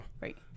right